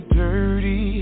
dirty